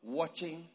watching